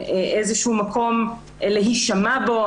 איזשהו מקום להישמע בו,